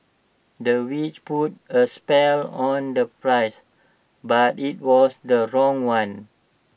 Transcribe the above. the witch put A spell on the price but IT was the wrong one